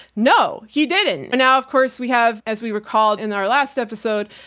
no, he didn't! and now, of course, we have, as we recalled in our last episode,